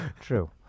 true